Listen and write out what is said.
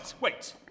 wait